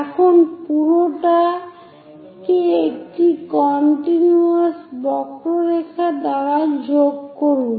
এখন পুরোটা কে একটি কন্টিনুয়াস বক্ররেখা দ্বারা যোগ করুন